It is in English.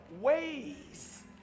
ways